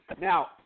Now